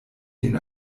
den